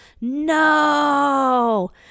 no